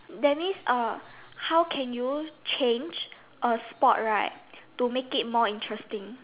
that means uh how can you change a sport right to make it more interesting